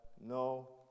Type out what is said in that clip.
no